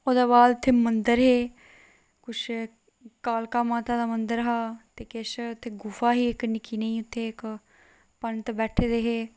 ओह्दे बाद इत्थै मंदर हे किश कालका माता दा मंदर हा ते किश इत्थै गुफा ही इक निक्की नेही इक पंडत बैठे दे हे